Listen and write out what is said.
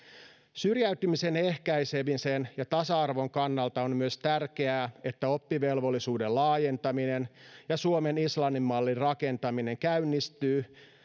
syrjäytymisen ehkäisemisen ja tasa arvon kannalta on myös tärkeää että oppivelvollisuuden laajentaminen ja suomen islannin mallin rakentaminen käynnistyy